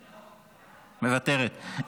מוותרת.